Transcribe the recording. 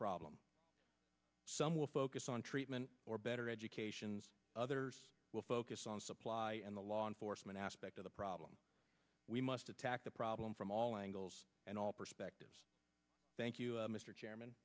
problem some will focus on treatment or better educations others will focus on supply and the law enforcement aspect of the problem we must attack the problem from all angles and all perspectives thank you mr chairman